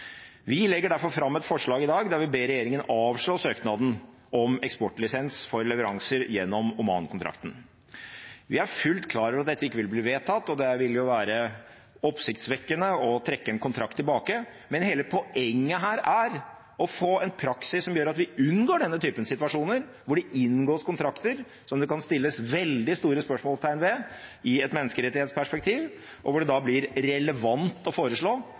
Vi legger derfor fram et forslag i dag der vi ber regjeringen avslå søknaden om eksportlisens for leveranser gjennom Oman-kontrakten. Vi er fullt klar over at dette ikke vil bli vedtatt, og det vil jo være oppsiktsvekkende å trekke en kontrakt tilbake, men hele poenget her er å få en praksis som gjør at vi unngår denne typen situasjoner, hvor det inngås kontrakter som det kan settes veldig store spørsmålstegn ved i et menneskerettighetsperspektiv, og hvor det da blir relevant å foreslå